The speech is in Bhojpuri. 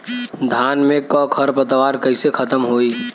धान में क खर पतवार कईसे खत्म होई?